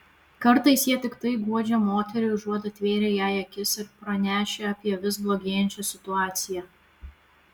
kartais jie tiktai guodžia moterį užuot atvėrę jai akis ir pranešę apie vis blogėjančią situaciją